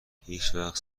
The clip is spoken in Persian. هیچوقت